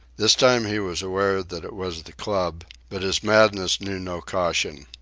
this time he was aware that it was the club, but his madness knew no caution.